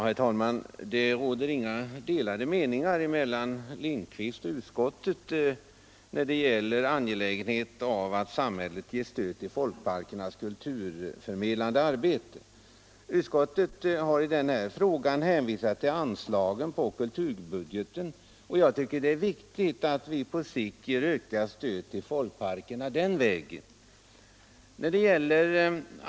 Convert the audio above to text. Herr talman! Det råder inga delade meningar mellan herr Lindkvist och utskottet när det gäller angelägenheten av att samhället ger stöd till folkparkernas kulturförmedlande arbete. Utskottet har i den frågan hänvisat till anslagen på kulturbudgeten. Jag tycker det är viktigt att vi på siki ger ökat stöd till folkparkerna den vägen.